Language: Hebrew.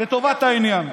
לטובת העניין.